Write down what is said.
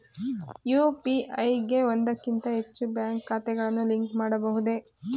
UPI ಗೆ ಒಂದಕ್ಕಿಂತ ಹೆಚ್ಚು ಬ್ಯಾಂಕ್ ಖಾತೆಗಳನ್ನು ಲಿಂಕ್ ಮಾಡಬಹುದೇ?